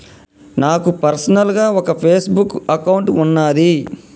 నాకు పర్సనల్ గా ఒక ఫేస్ బుక్ అకౌంట్ వున్నాది